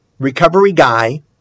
recoveryguy